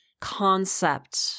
Concept